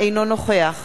אינו נוכח